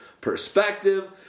perspective